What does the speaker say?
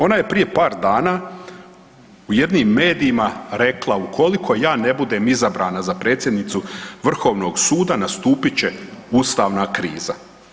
Ona je prije par dana u jednim medijima rekla ukoliko ja ne budem izabrana za predsjednicu vrhovnog suda nastupit će ustavna kriza.